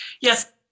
Yes